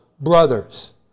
brothers